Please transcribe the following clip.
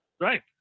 Right